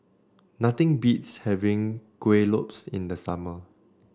nothing beats having Kuih Lopes in the summer